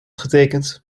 getekend